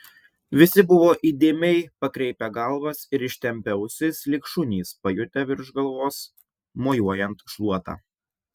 visi buvo įdėmiai pakreipę galvas ir ištempę ausis lyg šunys pajutę virš galvos mojuojant šluota